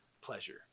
pleasure